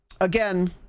again